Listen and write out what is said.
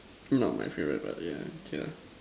not my favorite but yeah okay lah